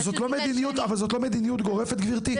זאת לא מדיניות גורפת, גברתי?